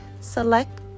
select